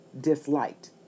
disliked